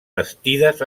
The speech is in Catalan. bastides